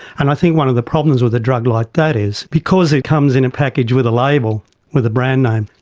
and i think one of the problems with a drug like that is because it comes in in package with a label with a brand name,